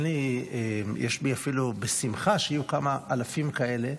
יש בי אפילו שמחה שיהיו כמה אלפים כאלה